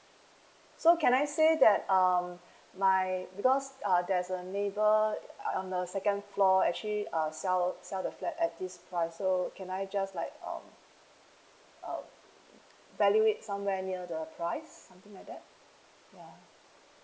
so can I say that um my because err there's a neighbour uh on the second floor actually err sell sell the flat at this price so can I just like um uh value it somewhere near the price something like that